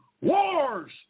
Wars